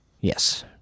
Yes